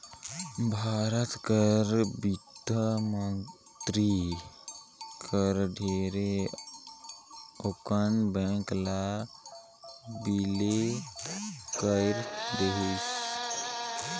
भारत कर बित्त मंतरी हर ढेरे अकन बेंक ल बिले कइर देहिस